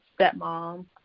stepmom